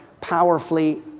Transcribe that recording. powerfully